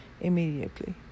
immediately